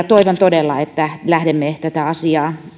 toivon todella että lähdemme tätä asiaa